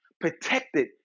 protected